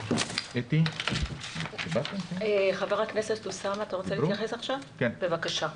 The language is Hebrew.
ח"כ אוסאמה בבקשה.